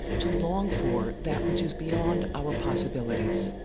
to long for that which is beyond our possibilities